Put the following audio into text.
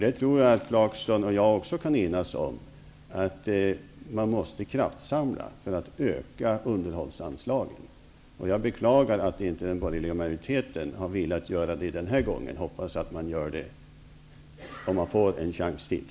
Jag tror att Clarkson och jag också kan enas om att man måste göra en kraftsamling för att öka underhållsanslagen. Jag beklagar att den borgerliga majoriteten inte har velat göra det den här gången. Jag hoppas att man gör det nästa gång, om man får en chans till.